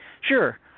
Sure